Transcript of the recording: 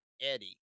Eddie